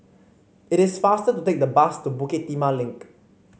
it is faster to take the bus to Bukit Timah Link